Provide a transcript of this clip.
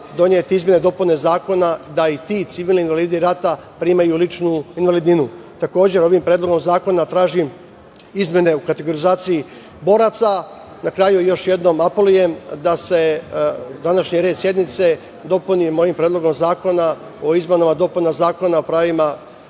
doneti izmene i dopune zakona, da i ti civilni invalidi rata primaju ličnu invalidninu. Ovim predlogom zakona tražim i izmene u kategorizaciji boraca. Na kraju još jednom apelujem da se današnji dnevni red sednice dopuni mojim Predlogom zakona o izmenama i dopunama Zakona o pravima